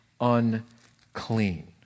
unclean